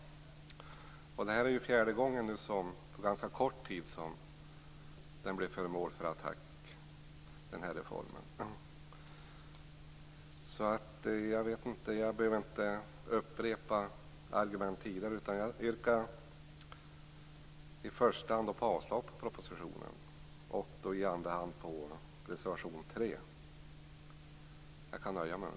Detta är fjärde gången på ganska kort tid som den här reformen blir föremål för attack. Jag behöver inte upprepa tidigare framförda argument utan kan nöja mig med att i första hand yrka avslag på propositionen, i andra hand yrka bifall till reservation 3.